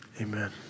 amen